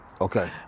Okay